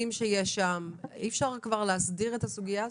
אי אפשר להסדיר את הסוגיה?